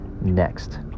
next